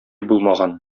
булмаган